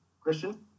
Christian